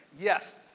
yes